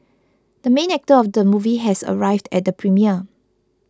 the main actor of the movie has arrived at the premiere